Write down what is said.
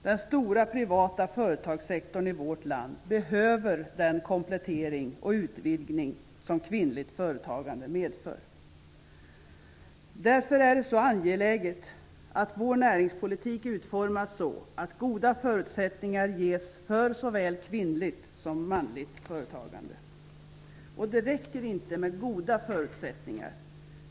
Den stora privata företagssektorn i vårt land behöver den komplettering och den utvidgning som kvinnligt företagande medför. Därför är det så angeläget att vår näringspolitik utformas så att såväl kvinnligt som manligt företagande får goda förutsättningar. Och det räcker inte med goda förutsättningar.